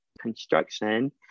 construction